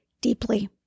deeply